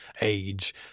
age